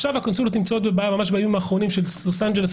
הקונסוליות נמצאות בבעיה כי ממש בימים האחרונים לוס אנג'לס,